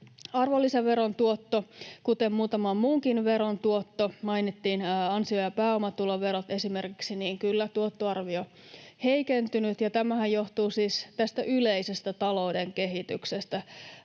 arvonlisäveron tuottoon, kuten muutaman muunkin veron tuottoon — mainittiin ansio- ja pääomatuloverot esimerkiksi — niin kyllä tuottoarvio on heikentynyt, ja tämähän johtuu siis tästä yleisestä talouden kehityksestä.